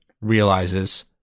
realizes